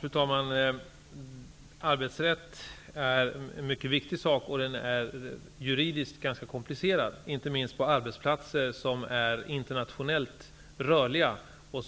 Fru talman! Arbetsrätt är mycket viktigt. Den är juridiskt mycket komplicerad. Det gäller inte minst arbetsplatser som är internationellt rörliga.